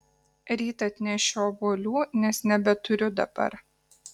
ryt atnešiu obuolių nes nebeturiu dabar